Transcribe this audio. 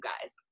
guys